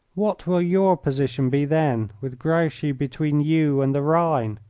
what will your position be then, with grouchy between you and the rhine?